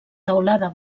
teulada